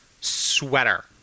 sweater